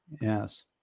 Yes